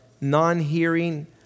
non-hearing